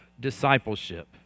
discipleship